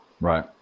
Right